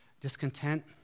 discontent